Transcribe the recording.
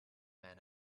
men